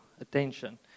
attention